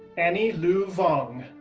annie luu vong,